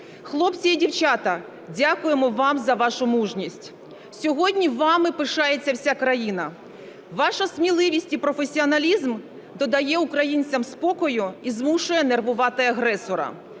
Хлопці і дівчата, дякуємо вам за вашу мужність, сьогодні вами пишається вся країна. Ваша сміливість і професіоналізм додає українцям спокою і змушує нервувати агресора,